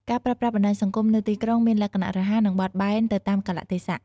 ការប្រើប្រាស់បណ្ដាញសង្គមនៅទីក្រុងមានលក្ខណៈរហ័ស និងបត់បែនទៅតាមកាលៈទេសៈ។